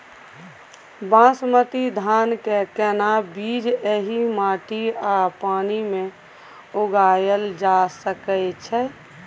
बासमती धान के केना बीज एहि माटी आ पानी मे उगायल जा सकै छै?